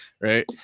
Right